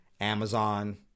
Amazon